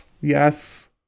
Yes